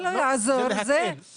התפלאתי שמקיימים הבטחה בממשלה,